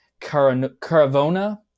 Caravona